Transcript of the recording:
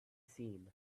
seen